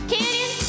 Canyon